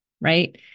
Right